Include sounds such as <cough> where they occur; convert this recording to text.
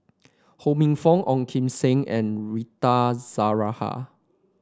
Ho Minfong Ong Kim Seng and Rita <unintelligible>